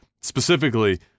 specifically